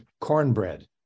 cornbread